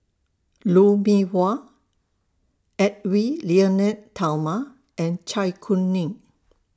Lou Mee Wah Edwy Lyonet Talma and Zai Kuning